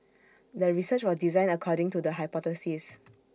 the research was designed according to the hypothesis